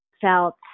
felt